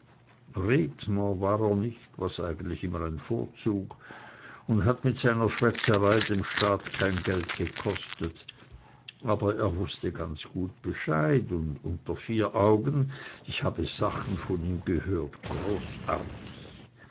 war er nicht was eigentlich immer ein vorzug und hat mit seiner schwätzerei dem staate kein geld gekostet aber er wußte ganz gut bescheid und unter vier augen ich habe sachen von ihm gehört großartig